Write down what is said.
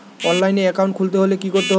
অনলাইনে একাউন্ট খুলতে হলে কি করতে হবে?